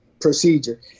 procedure